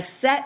set